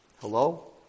Hello